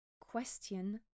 question